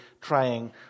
trying